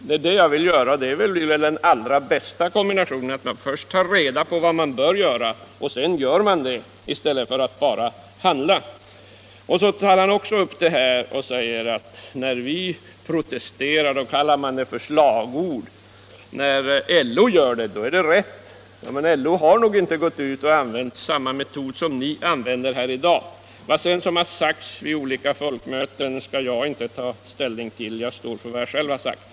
Det är det jag vill göra, och det är väl den allra bästa kombinationen — att man först tar reda på vad man bör göra och sedan gör det i stället för att bara handla. Han säger också: ”När vi protesterar kallar man det för slagord, men när LO gör det, då är det rätt.” Men LO har nog inte gått ut och använt samma metod som ni använder här i dag. Vad som sedan har sagts vid olika folkmöten skall jag inte ta ställning till; jag står för vad jag själv har sagt.